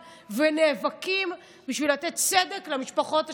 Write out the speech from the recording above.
ונאבקים בשביל לתת צדק למשפחות השכולות.